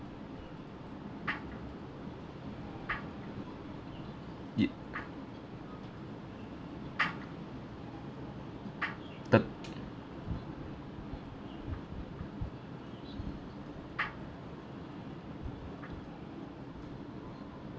y~ thi~